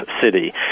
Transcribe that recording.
city